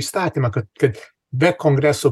įstatymą kad kad be kongreso